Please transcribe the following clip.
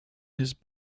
his